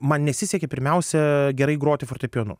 man nesisekė pirmiausia gerai groti fortepijonu